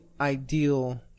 ideal